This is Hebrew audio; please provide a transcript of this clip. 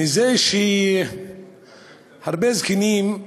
מזה שהרבה זקנים,